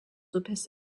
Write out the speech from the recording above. upės